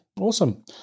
awesome